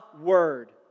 word